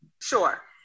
Sure